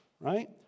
Right